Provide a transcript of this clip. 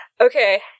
Okay